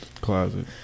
closet